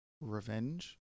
revenge